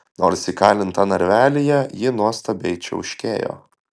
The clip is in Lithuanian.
nors įkalinta narvelyje ji nuostabiai čiauškėjo